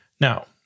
Now